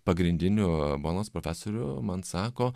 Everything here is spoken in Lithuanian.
pagrindinių bonos profesorių man sako